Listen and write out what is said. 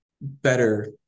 better